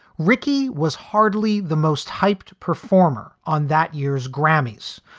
ricky was hardly the most hyped performer on that year's grammys.